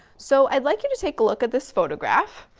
so i'd like you to take a look at this photograph.